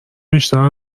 بیشتر